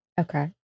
okay